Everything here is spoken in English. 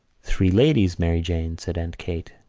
three ladies, mary jane, said aunt kate.